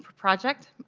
project.